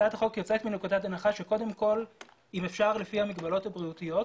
הצעת החוק יוצאת מנקודת הנחה שקודם כל אם אפשר לפי המגבלות הבריאותיות,